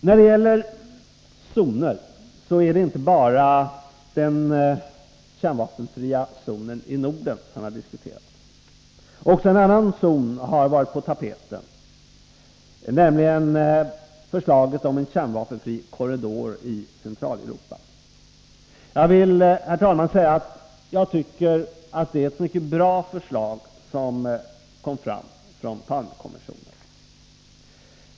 När det gäller zoner är det inte bara den kärnvapenfria zonen i Norden som har diskuterats. Också en annan zon har varit på tapeten, nämligen den kärnvapenfria korridor i Centraleuropa som har föreslagits. Jag vill, herr talman, säga att jag tycker det är ett mycket bra förslag som har kommit fram från Palmekommissionen.